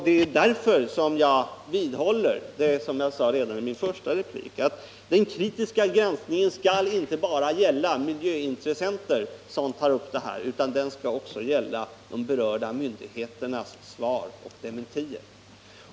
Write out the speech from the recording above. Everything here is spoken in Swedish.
Det är därför jag vidhåller det jag sade redan i min första replik, att den kritiska granskningen skall gälla inte bara miljöintressenter som tar upp detta utan också de berörda myndigheternas svar och dementier.